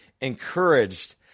encouraged